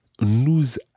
Nous